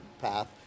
path